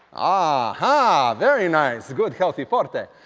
ah aha! very nice, good healthy forte!